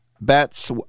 bets